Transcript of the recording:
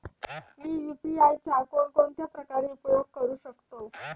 मी UPI चा कोणकोणत्या प्रकारे उपयोग करू शकतो?